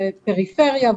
פריפריה,